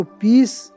peace